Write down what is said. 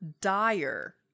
dire